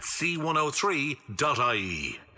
C103.ie